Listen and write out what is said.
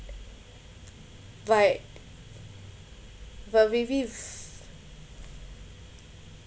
but but maybe if